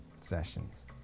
sessions